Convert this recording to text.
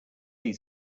see